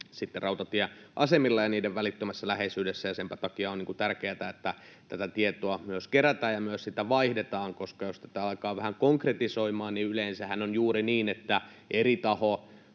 rautatieasemilla ja niiden välittömässä läheisyydessä. Ja senpä takia on tärkeätä, että tätä tietoa myös kerätään ja sitä myös vaihdetaan. Jos tätä alkaa vähän konkretisoimaan, niin yleensähän on juuri niin, että eri taho